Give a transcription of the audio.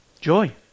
Joy